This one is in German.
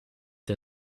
der